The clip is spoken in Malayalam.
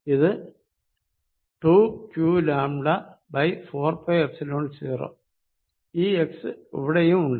ഇത് 2qλ4πϵ0 ഈ x ഇവിടെയും ഉണ്ട്